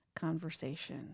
conversation